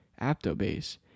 Aptobase